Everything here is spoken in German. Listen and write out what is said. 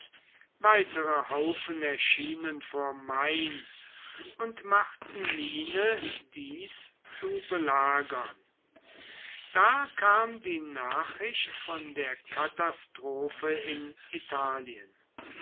weitere haufen erschienen vor mainz und machten miene dies zu belagern da kam die nachricht von der katastrophe in italien